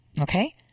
Okay